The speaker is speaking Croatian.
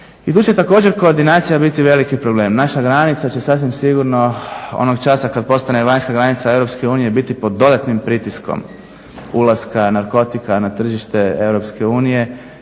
i tu će također koordinacija biti veliki problem. Naša granica će sasvim sigurno onog časa kad postane vanjska granica EU biti pod dodatnim pritiskom ulaska narkotika na tržište EU.